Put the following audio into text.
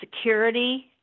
security